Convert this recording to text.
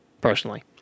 personally